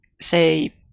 say